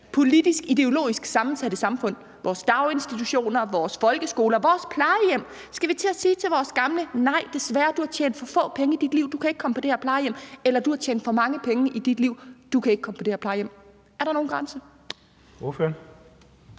politisk-ideologisk sammensatte samfund – vores daginstitutioner, vores folkeskoler, vores plejehjem? Skal vi til at sige til vores gamle: Nej, desværre, du har tjent for få penge ind i dit liv, du kan ikke komme på det her plejehjem? Eller skal vi sige: Du har tjent for mange penge i dit liv, du kan ikke komme på det her plejehjem? Er der nogen grænse?